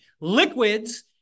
Liquids